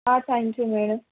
thank you madam